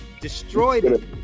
destroyed